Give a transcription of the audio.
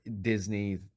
Disney